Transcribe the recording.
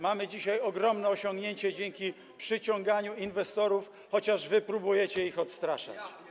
Mamy dzisiaj ogromne osiągnięcie dzięki przyciąganiu inwestorów, chociaż wy próbujecie ich odstraszać.